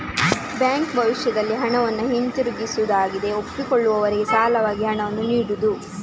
bank ಭವಿಷ್ಯದಲ್ಲಿ ಹಣವನ್ನ ಹಿಂದಿರುಗಿಸುವುದಾಗಿ ಒಪ್ಪಿಕೊಳ್ಳುವವರಿಗೆ ಸಾಲವಾಗಿ ಹಣವನ್ನ ನೀಡುದು